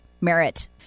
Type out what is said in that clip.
merit